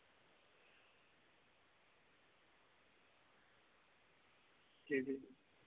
जी जी